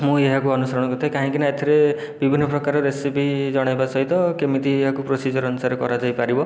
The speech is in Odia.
ମୁଁ ଏହାକୁ ଅନୁସରଣ କରିଥାଏ କାହିଁକି ନା ଏଥିରେ ବିଭିନ୍ନ ପ୍ରକାର ରେସିପି ଜଣାଇବା ସହିତ କେମିତି ଏହାକୁ ପ୍ରୋସିଜର୍ ଅନୁସାରେ କରାଯାଇ ପାରିବ